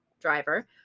driver